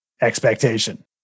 expectation